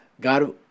God